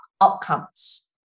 outcomes